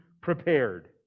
prepared